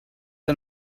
the